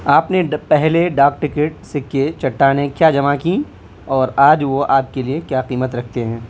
آپ نے پہلے ڈاک ٹکٹ سکے چٹانے کیا جمع کیں اور آج وہ آپ کے لیے کیا قیمت رکھتے ہیں